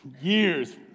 years